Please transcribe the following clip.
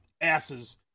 asses